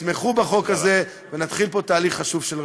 שתתמכו בחוק הזה ונתחיל פה תהליך חשוב של רפורמה.